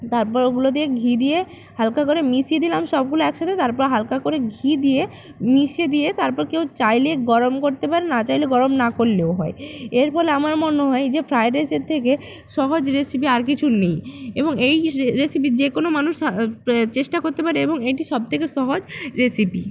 তারপর ওগুলো দিয়ে ঘি দিয়ে হালকা করে মিশিয়ে দিলাম সবগুলো এক সাতে তারপর হালকা করে ঘি দিয়ে মিশিয়ে দিয়ে তারপর কেউ চাইলে গরম করতে পারেন না চাইলে গরম না করলেও হয় এর ফলে আমার মনে হয় যে ফ্রায়েড রাইসের থেকে সহজ রেসিপি আর কিছু নেই এবং এই রেসিপির যে কোনো মানুষ চেষ্টা করতে পারে এবং এটি সব থেকে সহজ রেসিপি